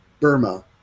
burma